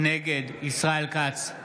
נגד ישראל כץ,